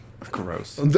Gross